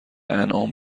انعام